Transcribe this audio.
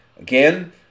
Again